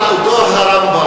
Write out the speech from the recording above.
זה בפועל אותו הרמב"ם.